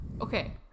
Okay